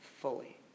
fully